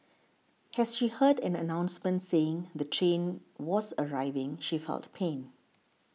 as she heard an announcement saying the train was arriving she felt pain